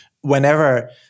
whenever